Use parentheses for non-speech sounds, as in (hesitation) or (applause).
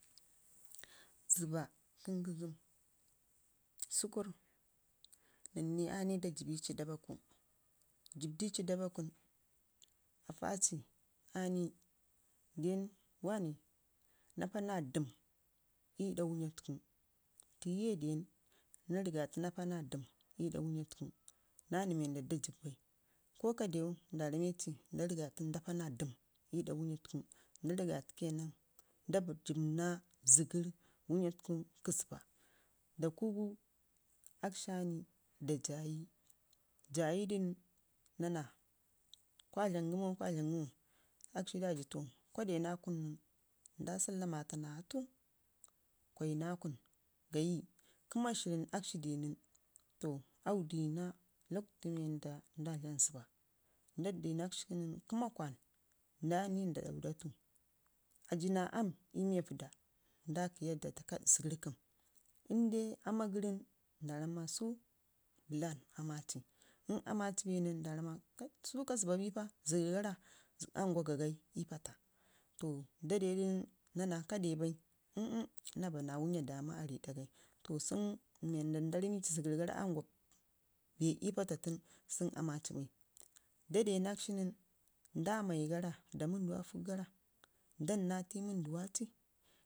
Zəbba kə ngəzəm sək urr nən ne aani da jibbi ci daabaku, jibb dici dabbakun, afaaci aani den wane, naapaa dəm ii da wəya tuku, tike don na rigatu naa pa naa dəm ii da wəya tuku naa nən naa nən wanda da jib bai ko ka dew nda rameci nda rigatu nda paa na dəm ii ɗa wəya tuku na jib na zəgərr kə wəya auku ii zəbba. Da kugu akshi gani da jayi jayidu nen, na- na kwa dlam gəmo kwa dlam gəmo aci daji fo lava de nakun nən nɗa sallamata naa atu kwai nakun aayi kə mashirrən akshi eden nənto aa wədina lodew fu tuii nda dlam zəbba nda denakshi nən, kə ma kwan ndani da ɗauratu, aji naa aam ii miya vədda ndaki yadda takaɗ zəgərr kəm inde aamgəi nan nda jammau su bəlan aama ci in aamaci bi nən nda rammau ma, sa ka zəbbabi pa zəggərr gara aa nguwa gagai ii paata to nda dedu nən narna ka de bai (hesitation) naa bana wəya daama aa rii ɗagai to sunu mii zəgərrgara aa ngwa bee ii paata tunu to sunu aamaci bai. Nda denakshi nən nda mai gara da wənduwa afəkgaza dam tu ii, wənduwa ci.